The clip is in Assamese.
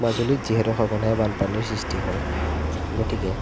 মাজুলীত যিহেতু সঘনাই বানপানীৰ সৃষ্টি হয় গতিকে